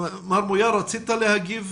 מר מויאל, רצית להגיב